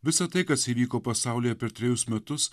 visa tai kas įvyko pasaulyje per trejus metus